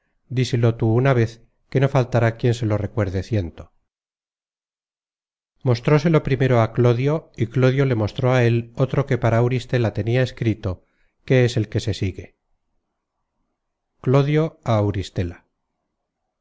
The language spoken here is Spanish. díselo tú una vez que no faltará quien se lo acuerde ciento mostróselo primero á clodio y clodio le mostró á él otro que para auristela tenia escrito que es éste que se sigue